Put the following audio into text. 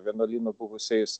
vienuolynu buvusiais